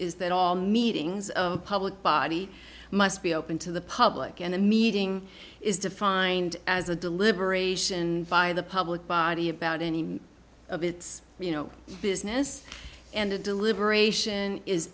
is that all meetings of public body must be open to the public and the meeting is defined as a deliberation by the public body about any of its business and the deliberation is